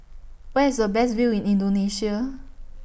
Where IS A Best View in Indonesia